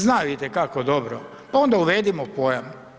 Znaju itekako dobro, pa onda uvedimo pojam.